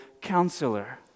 counselor